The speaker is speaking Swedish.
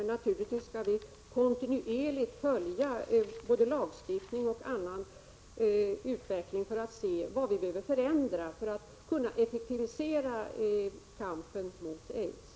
Men naturligtvis skall vi kontinuerligt följa utvecklingen och bedöma i vad mån vi behöver ändra lagstiftningen för att kunna effektivisera kampen mot aids.